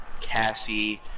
Cassie